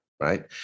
right